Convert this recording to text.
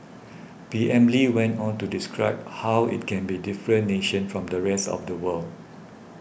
P M Lee went on to describe how it can be a different nation from the rest of the world